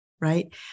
right